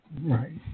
Right